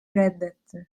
reddetti